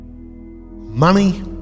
Money